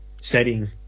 setting